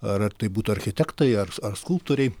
ar tai būtų architektai ars ar skulptoriai